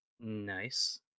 Nice